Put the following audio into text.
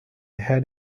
had